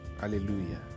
Hallelujah